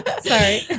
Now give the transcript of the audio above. Sorry